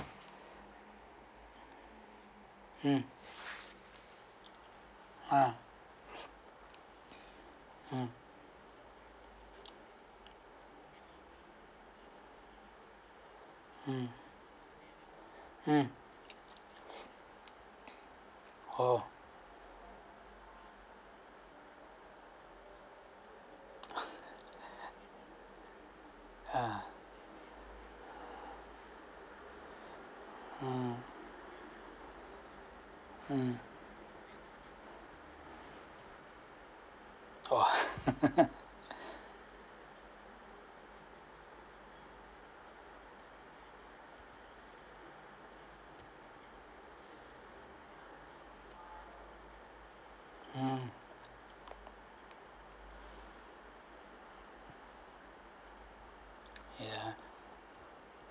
um ah mm um um oh ah um um !wah! um ya